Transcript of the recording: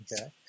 Okay